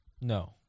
No